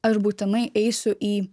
aš būtinai eisiu į